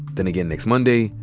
then again next monday,